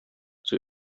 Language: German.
zur